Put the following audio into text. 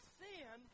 sin